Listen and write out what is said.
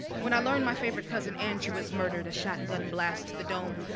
when i learn my favorite cousin andrew was murdered, a shotgun blast to the dome,